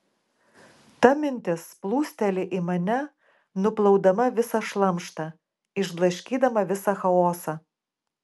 ta mintis plūsteli į mane nuplaudama visą šlamštą išblaškydama visą chaosą